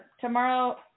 tomorrow